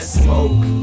smoke